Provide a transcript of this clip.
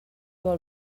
vol